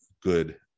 good